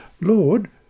Lord